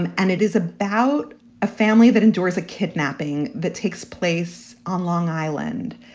and and it is about a family that endures a kidnapping that takes place on long island.